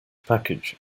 package